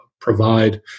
provide